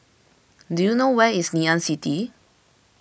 do you know where is Ngee Ann City